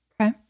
Okay